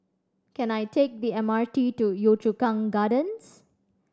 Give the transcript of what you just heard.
can I take the M R T to Yio Chu Kang Gardens